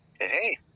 hey